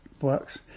works